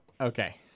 Okay